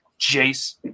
Jace